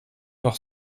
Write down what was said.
doch